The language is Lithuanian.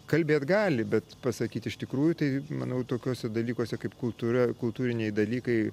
kalbėt gali bet pasakyt iš tikrųjų tai manau tokiuose dalykuose kaip kultūra kultūriniai dalykai